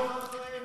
אם אני לא טועה,